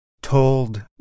told